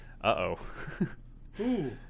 uh-oh